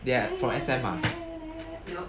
they're at for S_M ah